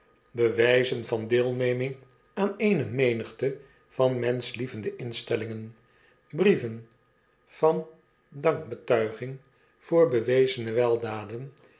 bewyzen van deelneming aan eene menigte van menschlievende instellingen brieven van dankbetuiging voor bewezene weldaden